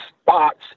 spots